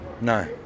No